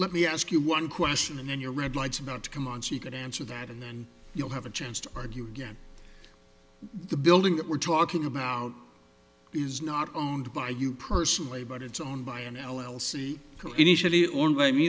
let me ask you one question and then your red lights about to come on she could answer that and then you'll have a chance to argue again the building that we're talking about is not owned by you personally but it's owned by an l l c initially o